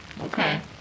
Okay